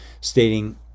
stating